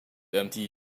empty